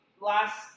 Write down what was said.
Last